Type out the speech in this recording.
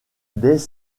dès